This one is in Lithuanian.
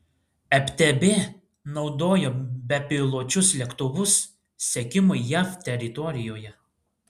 ftb naudojo bepiločius lėktuvus sekimui jav teritorijoje